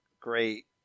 Great